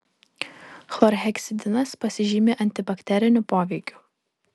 chlorheksidinas pasižymi antibakteriniu poveikiu